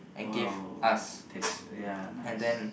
!wow! that's ya nice